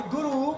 Guru